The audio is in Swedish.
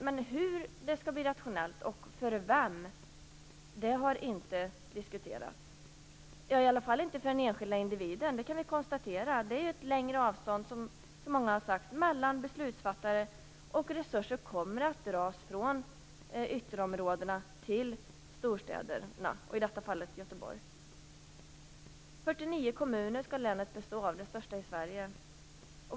Men hur det skall bli rationellt och för vem har inte diskuterats. Vi kan konstatera att det inte blir för den enskilda individen. Det blir ett längre avstånd från beslutsfattare, och resurser kommer att tas från ytterområdena till storstäderna - i detta fall Göteborg. Länet skall bestå av 49 kommuner. Det blir det största i Sverige.